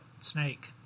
snake